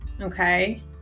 okay